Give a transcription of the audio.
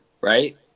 right